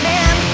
Man